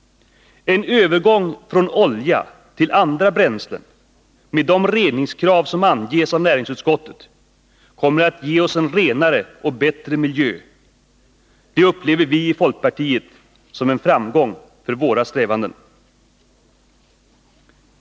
En övergång från olja till andra bränslen med de reningskrav som anges av näringsutskottet kommer att ge oss en renare och bättre miljö. Det upplever vi i folkpartiet som en framgång för våra strävanden.